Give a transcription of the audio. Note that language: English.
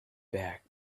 back